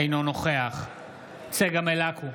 אינו נוכח צגה מלקו,